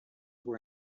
were